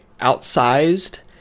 outsized